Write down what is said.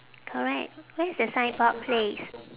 correct where's the signboard place